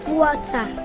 water